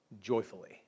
Joyfully